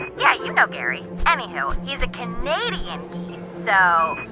yeah, you know gary. anywho, he's a canadian geese, so.